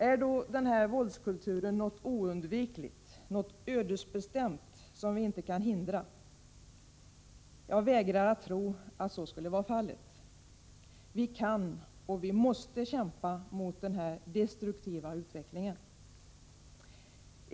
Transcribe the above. Är då denna våldskultur något oundvikligt, något ödesbestämt, som vi inte kan hindra? Jag vägrar att tro att så skulle vara fallet. Vi kan och vi måste kämpa mot denna destruktiva utveckling.